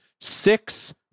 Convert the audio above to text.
six